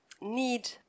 need